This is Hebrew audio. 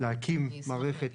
ולהקים מערכת